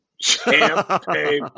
Champagne